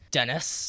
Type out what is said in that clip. Dennis